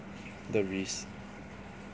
the risk